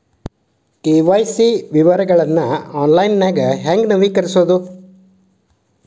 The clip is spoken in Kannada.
ಕೆ.ವಾಯ್.ಸಿ ವಿವರಗಳನ್ನ ಆನ್ಲೈನ್ಯಾಗ ಹೆಂಗ ನವೇಕರಿಸೋದ